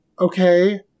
okay